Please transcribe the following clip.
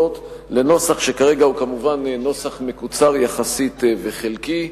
לנוסח שכרגע הוא כמובן נוסח מקוצר יחסית וחלקי,